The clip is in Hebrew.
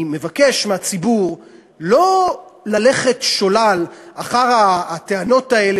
אני מבקש מהציבור שלא ללכת שולל אחר הטענות האלה